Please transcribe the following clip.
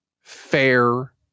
fair